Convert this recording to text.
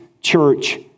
church